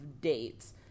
dates